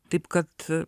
taip kad